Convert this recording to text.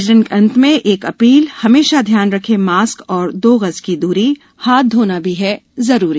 bulletin के अंत में एक अपीलहमेशा ध्यान रखें मास्क और दो गज की दूरी हाथ धोना भी है जरूरी